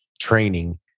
training